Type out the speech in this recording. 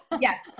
Yes